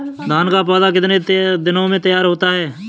धान का पौधा कितने दिनों में तैयार होता है?